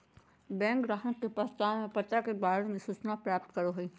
bank ग्राहक के पहचान और पता के बारे में सूचना प्राप्त करो हइ